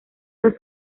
los